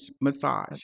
massage